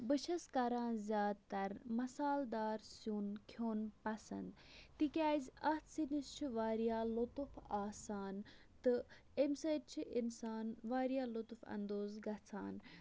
بہٕ چھس کَران زیادٕ تر مَسالہٕ دار سِیُن کھِیٚون پَسَنٛد تَکیازِ اَتھ سِنِس چھُ واریاہ لُطُف آسان تہٕ اَمہِ سۭتۍ چھُ اِنسان واریاہ لُطُف اَندوز گَژھان